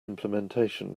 implementation